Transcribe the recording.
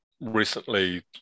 recently